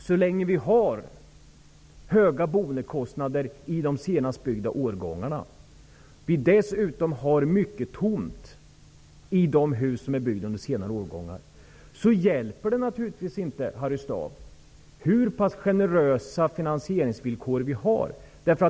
Så länge vi har höga boendekostnader i de senast byggda årgångarna och det dessutom står tomt i många av de hus som är byggda under senare år hjälper det naturligtvis inte, Harry Staaf, hur generösa finansieringsvillkor vi än har.